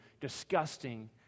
disgusting